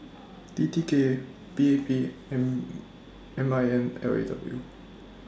T T K P A P and M I N L A W